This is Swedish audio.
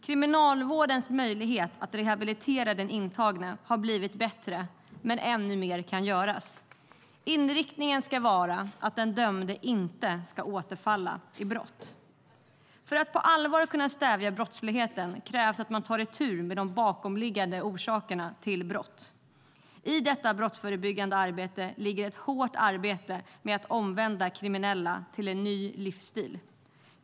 Kriminalvårdens möjlighet att rehabilitera den intagne har blivit bättre, men ännu mer kan göras. Inriktningen ska vara att den dömde inte ska återfalla i brott. För att på allvar kunna stävja brottsligheten krävs att man tar itu med de bakomliggande orsakerna till brott. I detta brottsförebyggande arbete ligger ett hårt arbete med att omvända kriminella till en ny livsstil.